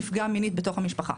בתוך המשפחה.